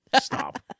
Stop